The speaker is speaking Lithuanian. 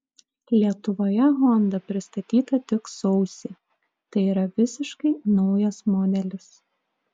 lietuvoje honda pristatyta tik sausį tai yra visiškai naujas modelis